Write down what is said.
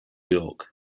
york